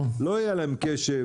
לא יהיה להם קשב.